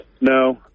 No